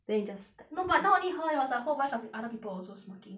then 你 just no but not only her there was like whole bunch of other people also smoking